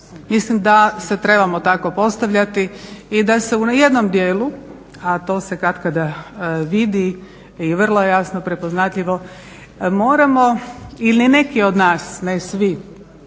mislim da se trebamo tako postavljati i da se u jednom dijelu, a to se katkada vidi i vrlo je jasno prepoznatljivo, moramo ili neki od nas, ne svi